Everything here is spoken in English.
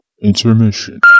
Intermission